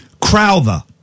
Crowther